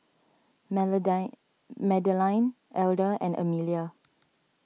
Madeleine Elder and Emelia